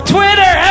Twitter